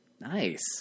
Nice